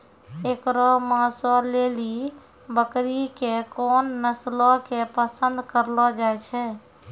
एकरो मांसो लेली बकरी के कोन नस्लो के पसंद करलो जाय छै?